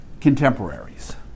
contemporaries